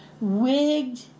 Wigged